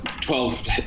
twelve